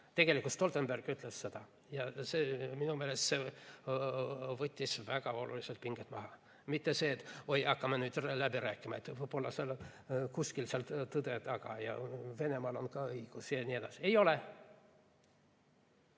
Tegelikult Stoltenberg ütles seda. Ja minu meelest see võttis väga oluliselt pinged maha. Mitte see, et oi, hakkame nüüd läbi rääkima, võib-olla kusagil seal on tõde taga ja Venemaal on ka õigus ja nii edasi. Ei ole!